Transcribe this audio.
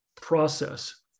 process